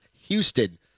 Houston